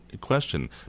question